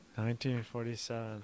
1947